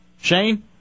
Shane